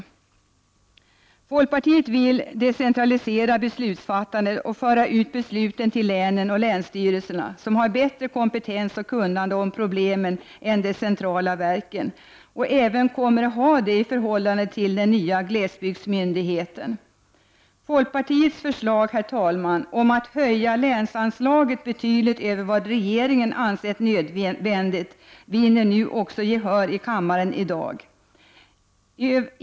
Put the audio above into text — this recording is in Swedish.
Folkpartiet vill decentralisera beslutsfattandet och föra ut besluten till länen och länsstyrelserna, som har bättre kompetens och kunskap om problemen än de centrala verken. De kommer även att ha det i förhållande till den nya glesbygdsmyndigheten. Folkpartiets förslag om att höja länsanslaget betydligt över vad regeringen ansett nödvändigt vinner också gehör i kammaren i dag.